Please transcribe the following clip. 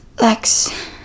Lex